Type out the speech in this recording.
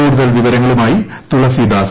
കൂടുതൽ വിവരങ്ങളുമായി തുളസീദാസ്